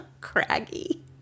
Craggy